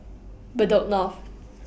Bedok North